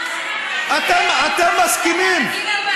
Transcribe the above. אתם מגינים,